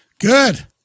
Good